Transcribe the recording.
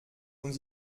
und